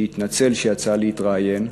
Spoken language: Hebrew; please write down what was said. שהתנצל שיצא להתראיין,